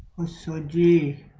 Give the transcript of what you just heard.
ah so d